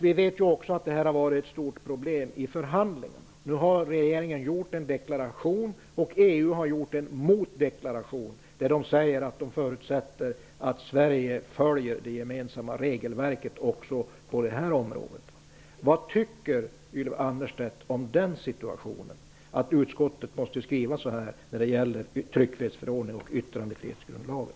Vi vet att detta har varit ett stort problem i förhandlingarna. Nu har regeringen gjort en deklaration, och EU har gjort en motdeklaration där det sägs att man förutsätter att Sverige följer det gemensamma regelverket också på detta område. Vad tycker Ylva Annerstedt om att utskottet måste skriva så här när det gäller tryckfrihetsförordningen och yttrandefrihetsgrundlagen?